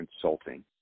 Consulting